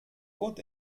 wohnt